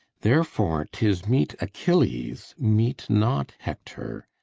therefore tis meet achilles meet not hector.